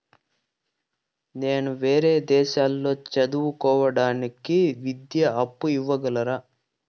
నేను వేరే దేశాల్లో చదువు కోవడానికి విద్యా అప్పు ఇవ్వగలరా?